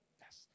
Yes